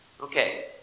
Okay